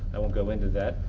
i won't go into that.